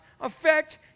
affect